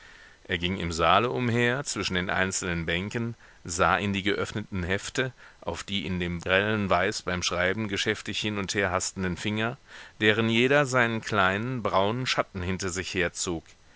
er ging im saale umher zwischen den einzelnen bänken sah in die geöffneten hefte auf die in dem grellen weiß beim schreiben geschäftig hin und her hastenden finger deren jeder seinen kleinen braunen schatten hinter sich herzog er